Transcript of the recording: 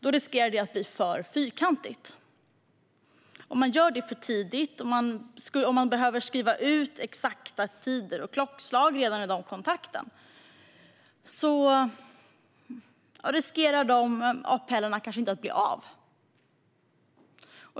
Om detta görs för tidigt och om man behöver skriva ut exakta tider och klockslag redan vid denna kontakt finns risken att dessa APL-tillfällen inte blir av.